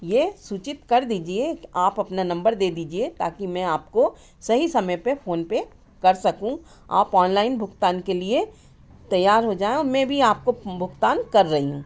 यह सूचित कर दीजिए कि आप अपना नंबर दे दीजिए ताकि मैं आपको सही समय पर फ़ोनपे कर सकूँ आप ऑनलाइन भुगतान के लिए तैयार हो जाएँ और मैं भी आपको भुगतान कर रही हूँ